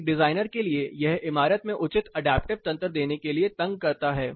एक डिजाइनर के लिए यह इमारत में उचित अडैप्टिव तंत्र देने के लिए तंग करता है